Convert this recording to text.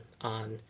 on